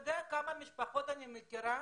אתה יודע כמה משפחות אני מכירה